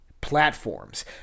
platforms